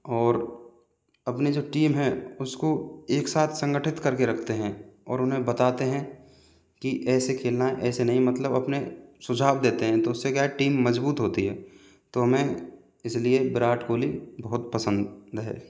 और अपनी जो टीम है उसको एक साथ संगठित करके रखते हैं और उन्हें बताते हैं कि ऐसे खेलना है ऐसे नहीं मतलब अपने सुझाव देते हैं तो उसे क्या टीम मजबूत होती है तो हमें इसलिए विराट कोहली बहुत पसंद है